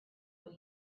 what